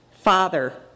Father